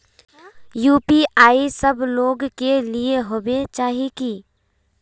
UPI सब लोग के लिए होबे होचे की?